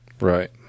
Right